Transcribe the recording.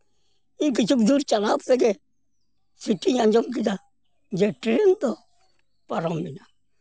ᱤᱧ ᱠᱩᱪᱷᱩᱠ ᱫᱩᱨ ᱪᱟᱞᱟᱣ ᱛᱮᱜᱮ ᱥᱤᱴᱤᱧ ᱟᱸᱡᱚᱢ ᱠᱮᱫᱟ ᱡᱮ ᱴᱨᱮᱹᱱ ᱫᱚ ᱯᱟᱨᱚᱢ ᱮᱱᱟ